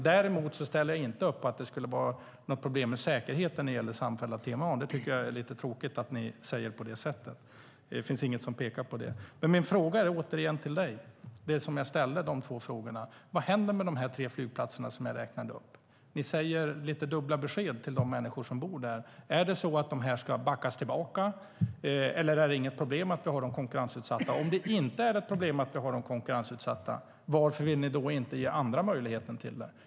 Däremot ställer jag inte upp på att det skulle vara något problem med säkerheten när det gäller samfällda TMA. Det är lite tråkigt att ni säger på det sättet. Det finns inget som pekar på det. Jag ställer återigen de två frågor till dig som jag tidigare ställde. Vad händer med de tre flygplatser som jag räknade upp? Ni ger lite dubbla besked till de människor som bor där. Är det så att det ska backas tillbaka, eller är det inget problem att ha dem konkurrensutsatta? Om det inte är ett problem att vi har dem konkurrensutsatta, varför vill ni då inte ge andra möjligheten till det?